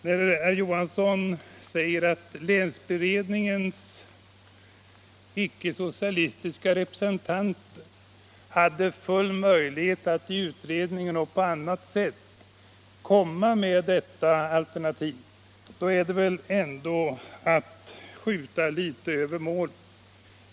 Herr Johansson i Trollhättan säger att länsberedningens icke-socialistiska representanter hade full möjlighet att i utredningen komma med detta alternativ. Det är väl ändå att skjuta litet över målet.